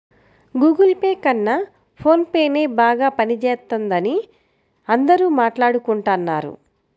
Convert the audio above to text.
Google Pay కన్నా ఫోన్ పేనే బాగా పనిజేత్తందని అందరూ మాట్టాడుకుంటన్నారు